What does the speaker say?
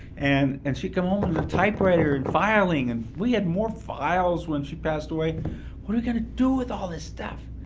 and and she'd come home to and the typewriter and filing, and we had more files when she passed away what are we going to do with all this stuff?